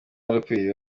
baraperi